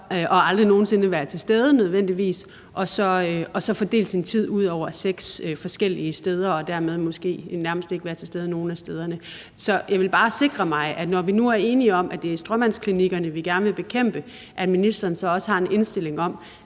og aldrig nogen sinde være til stede nødvendigvis og så fordele sin tid ud over seks forskellige steder og dermed måske nærmest ikke være til stede nogen af stederne. Så jeg vil bare sikre mig, når vi nu er enige om, at det er stråmandsklinikkerne, vi gerne vil bekæmpe, at ministeren så også har en indstilling om,